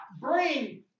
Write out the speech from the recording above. bring